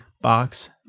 Box